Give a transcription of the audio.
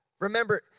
Remember